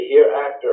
hereafter